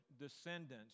descendants